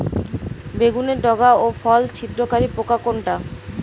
বেগুনের ডগা ও ফল ছিদ্রকারী পোকা কোনটা?